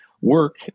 work